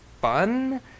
fun